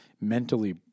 mentally